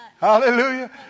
Hallelujah